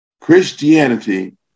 Christianity